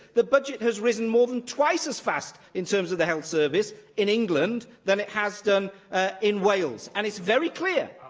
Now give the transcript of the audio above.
the budget has risen more than twice as fast in terms of the health service in england than it has done in wales, and it's very clear